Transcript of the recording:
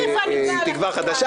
מירב, יש לנו התייעצות פה.